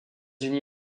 unis